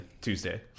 Tuesday